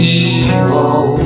evil